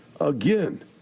Again